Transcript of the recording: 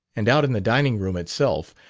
and out in the dining-room itself,